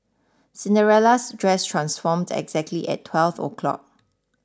Cinderella's dress transformed exactly at twelve o'clock